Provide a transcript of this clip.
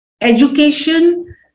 education